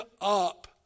up